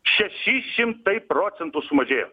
šeši šimtai procentų sumažėjo